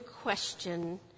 question